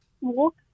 walk